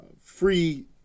free